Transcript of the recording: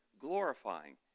glorifying